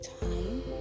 time